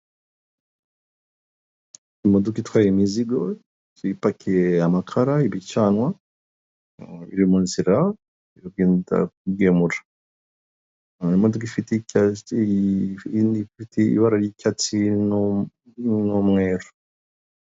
Imodoka itwaye imizigo ipakiye amakara ibicanwa biri mu nzira bivuga ingemura nta imodokadoka ifite ibara ry'icyatsi n'umweru.